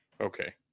okay